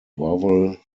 vowel